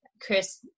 chris